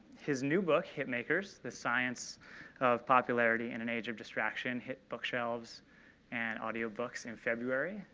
his new book, hit makers the science of popularity in an age of distraction, hit bookshelves and audio books in february.